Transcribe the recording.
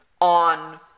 on